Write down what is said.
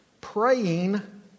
Praying